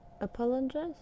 apologize